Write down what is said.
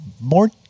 more